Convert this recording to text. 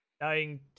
dying